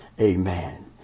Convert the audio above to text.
Amen